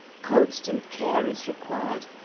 constant care is required,